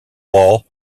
wall